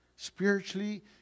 Spiritually